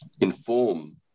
inform